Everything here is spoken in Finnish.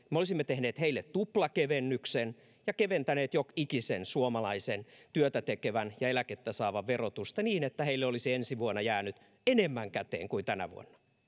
ja me olisimme tehneet heille tuplakevennyksen ja keventäneet jokikisen suomalaisen työtä tekevän ja eläkettä saavan verotusta niin että heille olisi ensi vuonna jäänyt enemmän käteen kuin tänä vuonna